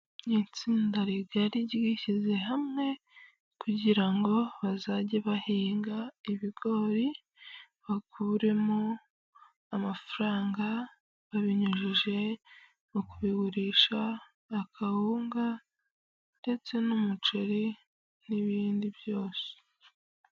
Iri itsinda rigari ryishyize hamwe kugira ngo bazajye bahinga ibigori bakuremo amafaranga babinyujije mu kubigurisha, akawunga ndetse n'umuceri n'ibindi byose.